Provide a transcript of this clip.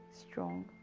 strong